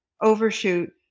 overshoot